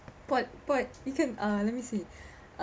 but but you can uh let me see uh